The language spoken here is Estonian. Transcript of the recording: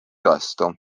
vastu